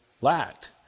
lacked